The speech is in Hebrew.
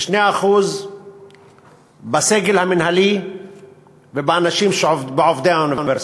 כ-2% בסגל המינהלי ובעובדי האוניברסיטה.